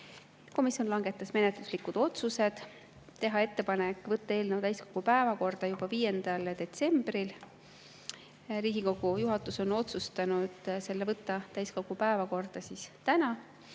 Komisjon langetas menetluslikud otsused: teha ettepanek võtta eelnõu täiskogu päevakorda juba 5. detsembril – Riigikogu juhatus on otsustanud selle võtta täiskogu päevakorda tänaseks